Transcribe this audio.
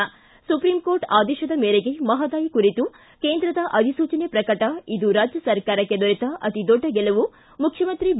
ಿ supreme court ಆದೇಶದ ಮೇರೆಗೆ ಮಹದಾಯಿ ಕುರಿತು ಕೇಂದ್ರದ ಅಧಿಸೂಚನೆ ಪ್ರಕಟ ಇದು ರಾಜ್ಯ ಸರ್ಕಾರಕ್ಕೆ ದೊರೆತ ಅತಿದೊಡ್ಡ ಗೆಲುವು ಮುಖ್ಯಮಂತ್ರಿ ಬಿ